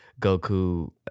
Goku